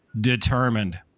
determined